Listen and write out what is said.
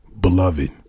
Beloved